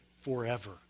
forever